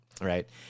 right